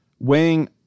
weighing